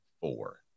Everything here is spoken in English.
four